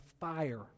fire